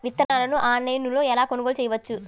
విత్తనాలను ఆన్లైనులో ఎలా కొనుగోలు చేయవచ్చు?